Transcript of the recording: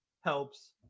helps